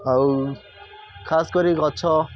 ଆଉ ଖାସ୍ କରି ଗଛ